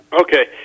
Okay